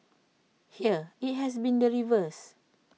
here IT has been the reverse